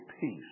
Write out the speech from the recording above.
peace